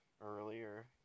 earlier